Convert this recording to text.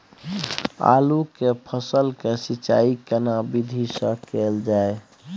आलू के फसल के सिंचाई केना विधी स कैल जाए?